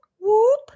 whoop